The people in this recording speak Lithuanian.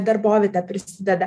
darbovietė prisideda